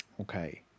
Okay